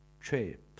trip